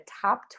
top